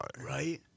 right